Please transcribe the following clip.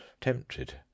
tempted